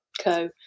Co